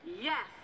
yes